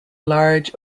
large